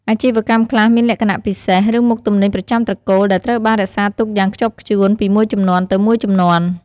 អាជីវកម្មខ្លះមានលក្ខណៈពិសេស ឬមុខទំនិញប្រចាំត្រកូលដែលត្រូវបានរក្សាទុកយ៉ាងខ្ជាប់ខ្ជួនពីមួយជំនាន់ទៅមួយជំនាន់។